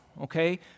okay